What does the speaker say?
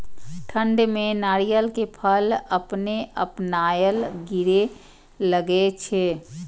ठंड में नारियल के फल अपने अपनायल गिरे लगए छे?